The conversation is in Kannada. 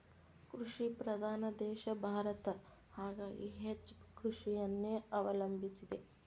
ಕೃಷಿ ಪ್ರಧಾನ ದೇಶ ಭಾರತ ಹಾಗಾಗಿ ಹೆಚ್ಚ ಕೃಷಿಯನ್ನೆ ಅವಲಂಬಿಸಿದೆ